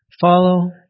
follow